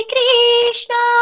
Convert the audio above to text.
Krishna